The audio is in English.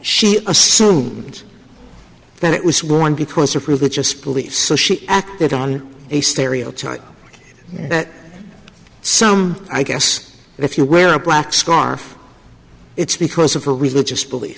she assumed that it was wrong because of religious beliefs so she acted on a stereotype that some i guess if you wear a black scarf it's because of her religious belief